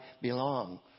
belong